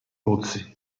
pozzi